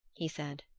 he said.